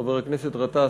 חבר הכנסת גטאס,